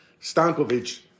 Stankovic